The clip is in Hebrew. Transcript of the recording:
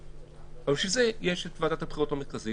אבל בשביל זה יש את ועדת הבחירות המרכזית